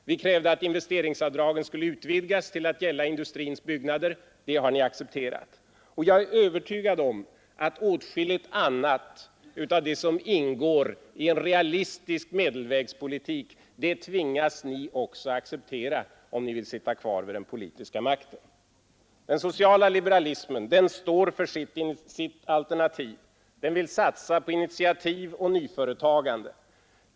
Vi krävde att investeringsavdragen skulle utvidgas till att gälla byggnader. Det har ni accepterat. Och jag är övertygad om att ni också tvingas acceptera åtskilligt annat av det som ingår i en realistisk medelvägspolitik — om ni vill sitta kvar vid den politiska makten. Den sociala liberalismen står för sitt alternativ. Den vill satsa på initiativ och nyföretagande.